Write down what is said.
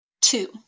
Two